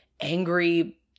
angry